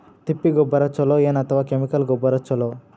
ತಿಪ್ಪಿ ಗೊಬ್ಬರ ಛಲೋ ಏನ್ ಅಥವಾ ಕೆಮಿಕಲ್ ಗೊಬ್ಬರ ಛಲೋ?